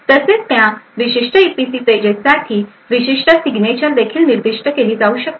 तसेच त्या विशिष्ट ईपीसी पेजेससाठी विशिष्ट सिग्नेचर देखील निर्दिष्ट केली जाऊ शकते